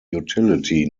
utility